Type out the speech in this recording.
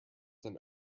than